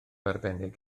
arbennig